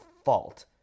fault